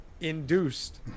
induced